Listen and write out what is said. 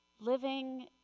living